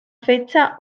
fecha